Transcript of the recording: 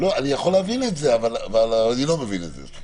אני יכול להבין את זה, אבל אני לא מבין את זה.